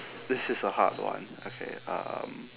this is a hard one okay um